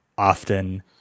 often